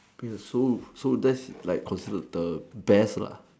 so so that's considered the best